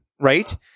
right